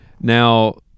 Now